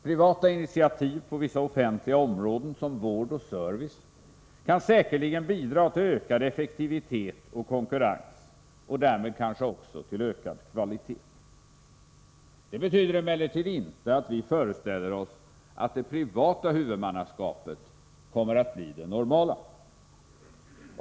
Privata initiativ på vissa offentliga områden, som vård och service, kan säkerligen bidra till ökad effektivitet och konkurrens och därmed kanske också till ökad kvalitet. Det betyder emellertid inte att vi föreställer oss att det privata huvudmannaskapet kommer att bli det normala.